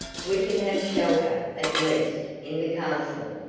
we can have shelter, at least, in the castle,